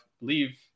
believe